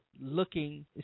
looking